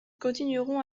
continueront